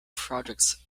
projects